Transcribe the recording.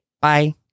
Bye